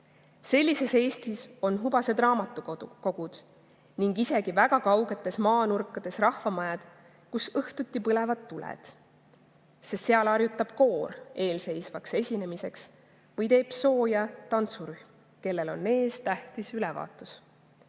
Sellises Eestis on hubased raamatukogud ning isegi väga kaugetes maanurkades rahvamajad, kus õhtuti põlevad tuled, sest seal harjutab koor eelseisvaks esinemiseks või teeb sooja tantsurühm, kellel on ees tähtis ülevaatus.